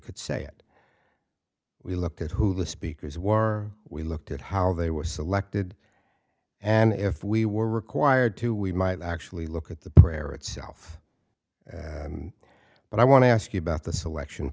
could say it we looked at who the speakers were we looked at how they were selected and if we were required to we might actually look at the prayer itself but i want to ask you about the selection